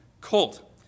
colt